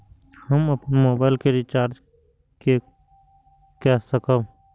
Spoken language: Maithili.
हम अपन मोबाइल के रिचार्ज के कई सकाब?